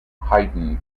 hayden